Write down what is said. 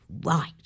Right